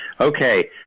Okay